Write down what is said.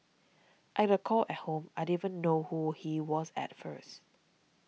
I got a call at home I didn't even know who he was at first